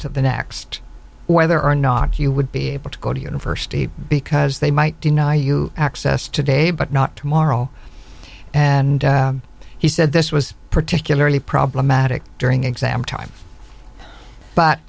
to the next whether or not you would be able to go to university because they might deny you access today but not tomorrow and he said this was particularly problematic during exam time but